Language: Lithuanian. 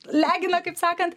legina kaip sakant